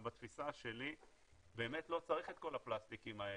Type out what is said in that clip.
בתפיסה שלי באמת לא צריך את כל הפלסטיקים האלה.